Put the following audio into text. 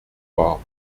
war